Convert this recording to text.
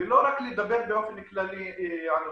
ולא רק לדבר באופן כללי על התופעה.